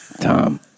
Tom